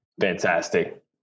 fantastic